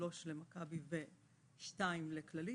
שלוש למכבי ושתיים לכללית,